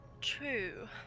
true